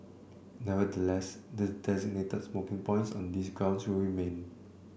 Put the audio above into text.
nevertheless the designated smoking points on these grounds will remain